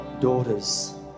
daughters